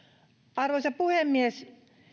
arvoisa puhemies